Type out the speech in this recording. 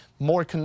more